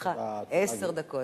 לרשותך עשר דקות.